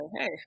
hey